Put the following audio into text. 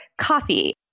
coffee